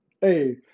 hey